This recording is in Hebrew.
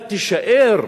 אתה תישאר